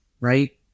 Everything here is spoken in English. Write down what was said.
right